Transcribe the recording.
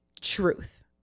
truth